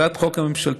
הצעת החוק הממשלתית